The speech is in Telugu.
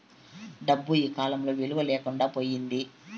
డబ్బు ఈకాలంలో విలువ లేకుండా పోయింది